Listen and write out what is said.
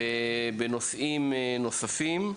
ובנושאים נוספים,